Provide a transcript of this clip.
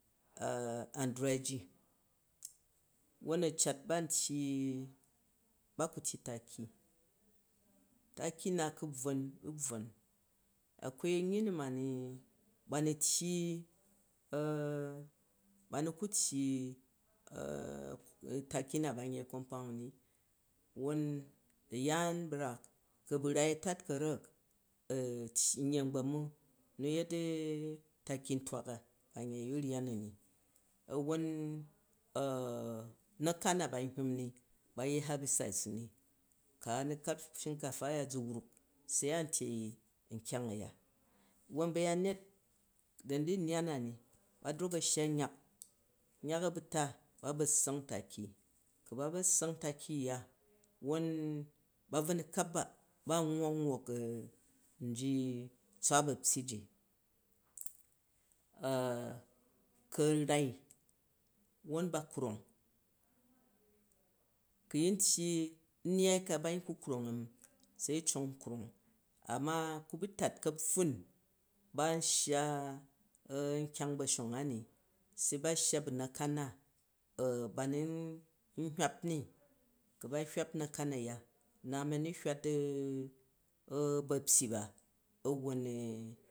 an dvywaai, wwon a cat ba ku tyyi taki taki na ku bvwon u bvwon, akwai anyyi nu mani banu tyyi ba nu ku tyyi taki na ban yei compound u ni won ayaan brak ure a bu tai a tata karak a tyi anyyi angbam mu nu a yet taki ntwak a ban yei urea nu ni awwon nakan na ba n hyin ni ban yei herticiden m, ku a nu kap shinkafa aya zu wrak sai a n tyei nkyang aya. Won bayanyet dani di u nyaan na ni, ba drok a shya nyak, nyak abuta ba ba ssang taki, um ba ba ssang taki kuga wwon ba bvwo nu kap ba, ba wwok u wok tswa bapyyi ji ak a rai wwon b krong bu yin tyyi, neyai ka bayin kuwrong ami, se yi cong kyong, a ma ku bu tat kapffun ban shya nkyang ba̱shang ani se ba shya ba nakan na na nu n hywap ni, ku ba hyuq nakan aya nna ami a nu hywat bapyyi a wwon